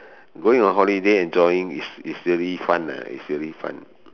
going on holiday enjoying is is really fun ah is really fun